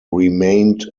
remained